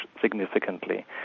significantly